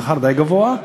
בשכר די גבוה,